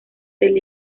del